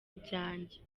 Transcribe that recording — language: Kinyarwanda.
ibyanjye